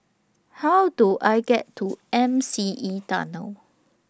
How Do I get to M C E Tunnel